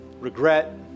regret